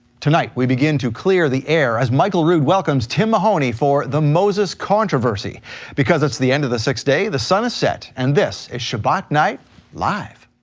tonight, we begin to clear the air as michael rood welcomes tim mahoney for the moses controversy because it's the end of the sixth day, the sun is set and this is shabbat night live.